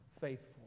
faithful